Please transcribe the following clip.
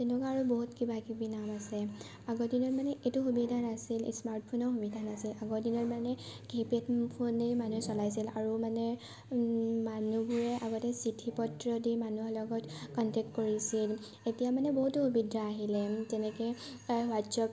তেনেকুৱা আৰু বহুত কিবাকিবি নাম আছে আগৰদিনত মানে এইটো সুবিধা নাছিল স্মাৰ্টফোনৰ সুবিধা নাছিল আগৰ দিনত মানে কীপেড ফোনেই মানুহে চলাইছিল আৰু মানে মানুহবোৰে আগতে চিঠি পত্ৰ দি মানুহৰ লগত কণ্টেক্ট কৰিছিল এতিয়া মানে বহুত সুবিধা আহিলে যেনেকৈ হোৱাটছআপ